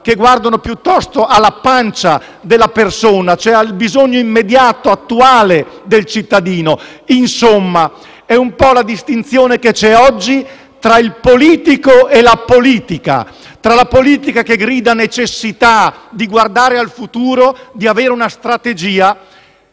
ma guardano piuttosto alla pancia della persona, al bisogno immediato, attuale del cittadino. Insomma, è un po' la distinzione che c'è oggi tra il politico e la politica, tra la politica che grida necessità di guardare al futuro, di avere una strategia